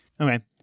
Okay